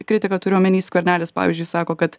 kritiką turiu omeny skvernelis pavyzdžiui sako kad